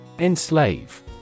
Enslave